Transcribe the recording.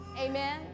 Amen